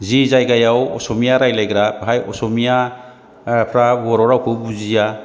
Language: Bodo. जि जायगायाव असमिया रायज्लायग्रा बाहाय असमिया ओ फ्रा बर' रावखौ बुजिया